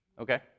Okay